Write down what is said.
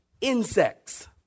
insects